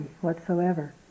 whatsoever